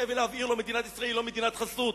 ולהבהיר לו שמדינת ישראל היא לא מדינת חסות.